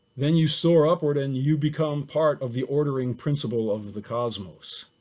then you soar up or then you become part of the ordering principle of the cosmos.